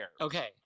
Okay